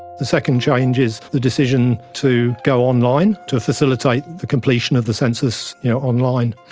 the second change is the decision to go online to facilitate the completion of the census you know online.